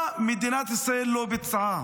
מה מדינת ישראל לא ביצעה?